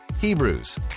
Hebrews